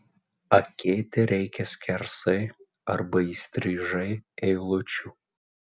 akėti reikia skersai arba įstrižai eilučių